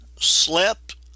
slept